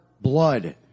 blood